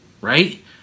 right